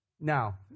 Now